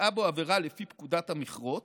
שבוצעה בו עבירה לפי פקודת המכרות